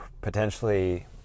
potentially